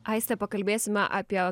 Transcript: aiste pakalbėsime apie